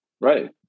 Right